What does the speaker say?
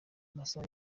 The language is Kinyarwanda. masaha